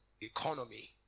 economy